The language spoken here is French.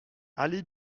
allée